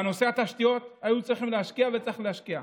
בנושא התשתיות היו צריכים להשקיע, וצריך להשקיע.